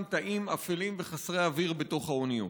תאים אפלים וחסרי אוויר בתוך האוניות.